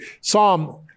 Psalm